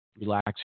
relax